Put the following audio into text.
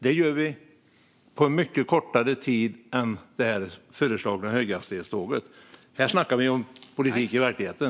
Det gör vi på mycket kortare tid än vad det tar att få igång det här föreslagna höghastighetståget. Här snackar vi om politik i verkligheten.